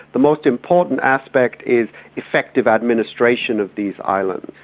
the most important aspect is effective administration of these islands.